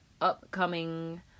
upcoming